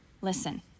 Listen